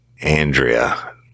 Andrea